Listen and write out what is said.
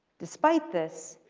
despite this,